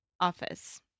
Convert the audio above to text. office